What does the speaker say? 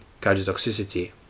cardiotoxicity